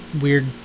weird